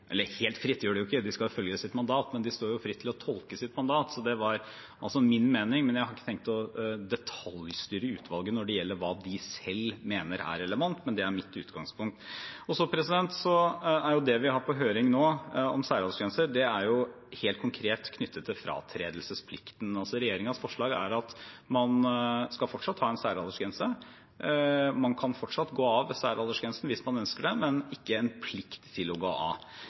ikke, de skal jo følge sitt mandat. Men de står fritt til å tolke sitt mandat – det var min mening. Jeg har ikke tenkt å detaljstyre utvalget når det gjelder hva de selv mener er relevant, men det er mitt utgangspunkt. Så er det vi har på høring nå, om særaldersgrenser, helt konkret knyttet til fratredelsesplikten. Regjeringens forslag er at man fortsatt skal ha en særaldersgrense, at man fortsatt kan gå av ved særaldersgrensen hvis man ønsker det, men man har ikke en plikt til å gå av.